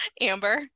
Amber